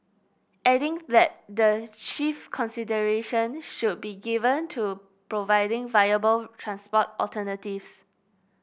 adding that the chief consideration should be given to providing viable transport alternatives